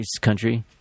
country